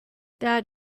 that